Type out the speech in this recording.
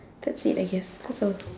that's it I guess that's all